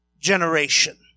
generation